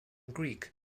greek